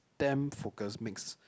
temp focus makes